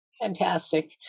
Fantastic